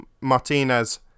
Martinez